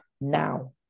now